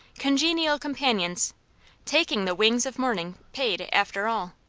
congenial companions taking the wings of morning paid, after all.